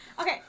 Okay